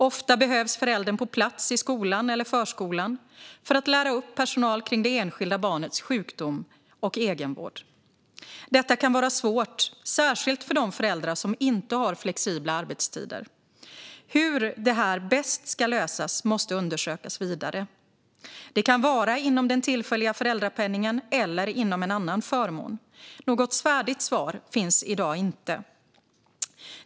Ofta behövs föräldern på plats i skolan eller förskolan för att lära upp personal kring det enskilda barnets sjukdom och egenvård. Detta kan vara svårt, särskilt för de föräldrar som inte har flexibla arbetstider. Hur det här bäst ska lösas måste undersökas vidare. Det kan vara inom den tillfälliga föräldrapenningen eller inom en annan förmån. Något färdigt svar finns i dag inte.